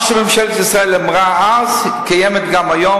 מה שממשלת ישראל אמרה אז קיים גם היום.